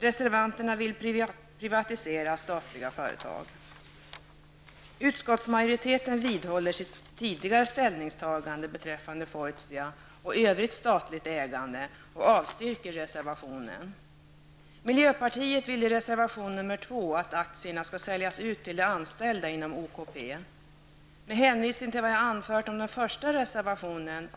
Reservanterna vill privatisera statliga företag. Utskottsmajoriteten vidhåller sitt tidigare ställningstagande beträffande Med hänvisning till vad jag anfört om den första reservationen, yrkar jag avslag även på denna reservation.